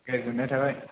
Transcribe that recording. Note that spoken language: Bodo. गोजोननाय थाबाय